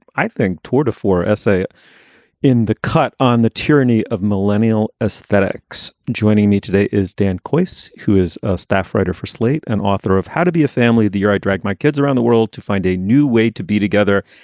i think, toward a four essay in the cut on the tyranny of millennial aesthetics. joining me today is dan quoits, who is a staff writer for slate and author of how to be a family the euro drag my kids around the world to find a new way to be together.